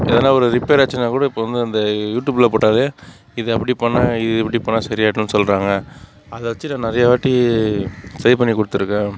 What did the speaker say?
எதுனா ஒரு ரிப்பேர் ஆச்சுன்னாக்கூட இப்போ வந்து அந்த யூட்யூப்பில் போட்டால் இது அப்படி பண்ணிணா இது இப்படி பண்ணிணா சரி ஆகிடுன்னு சொல்கிறாங்க அதைவச்சி நான் நிறையா வாட்டி சரிப்பண்ணி கொடுத்துருக்கேன்